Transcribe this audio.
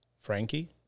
Frankie